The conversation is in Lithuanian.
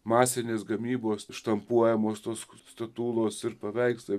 masinės gamybos štampuojamos tos statulos ir paveikslai